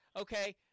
okay